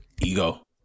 ego